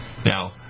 Now